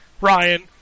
Ryan